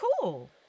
Cool